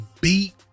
beat